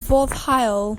foddhaol